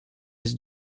jest